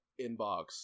inbox